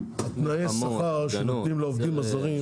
תנאי שכר שנותנים לעובדים הזרים,